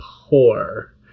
poor